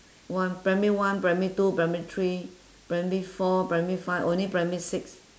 one primary one primary two primary three primary four primary five only primary six